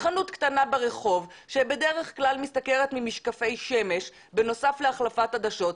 חנות קטנה ברחוב שבדרך כלל משתכרת ממשקפי שמש בנוסף להחלפת עדשות,